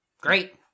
great